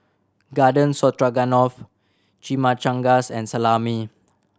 Garden Stroganoff Chimichangas and Salami